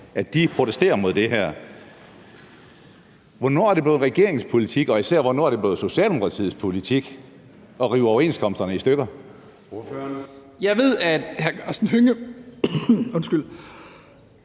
protesterer mod det her Hvornår er det blevet regeringens politik og – især – hvornår er det blevet Socialdemokratiets politik at rive overenskomsterne i stykker? Kl. 09:53 Formanden (Søren Gade):